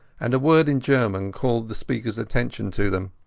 and a word in german called the speakeras attention to them.